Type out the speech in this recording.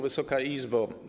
Wysoka Izbo!